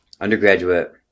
undergraduate